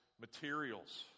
materials